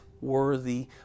worthy